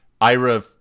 Ira